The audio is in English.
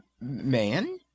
man